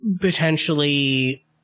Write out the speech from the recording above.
potentially